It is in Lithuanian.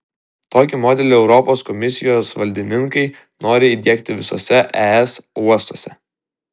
tokį modelį europos komisijos valdininkai nori įdiegti visuose es uostuose